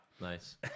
Nice